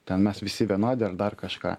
ten mes visi vienodi ir dar kažką